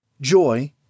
Joy